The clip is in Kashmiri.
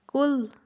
کُل